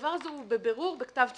הדבר הזה הוא בבירור בכתב תביעה,